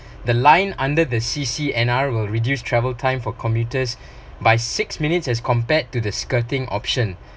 the line under the C_C_N_R will reduce travel time for commuters by six minutes as compared to the skirting option